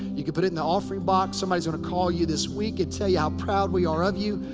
you can put it in the offering box. somebody's gonna call you this week and tell you how proud we are of you.